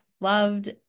loved